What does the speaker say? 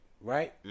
right